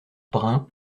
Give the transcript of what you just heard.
brin